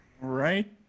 right